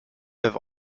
neuf